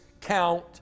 count